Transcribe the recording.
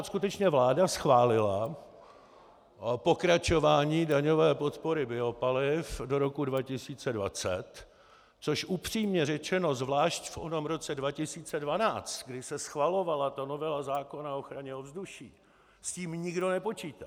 V srpnu 2014 skutečně vláda schválila pokračování daňové podpory biopaliv do roku 2020, což upřímně řečeno zvlášť v onom roce 2012, kdy se schvalovala novela zákona o ochraně ovzduší, s tím nikdo nepočítal.